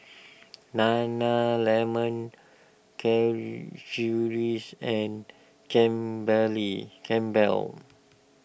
Nana Lemon and can belly Campbell's